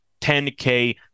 10k